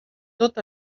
tot